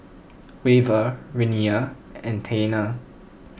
Wava Renea and Taina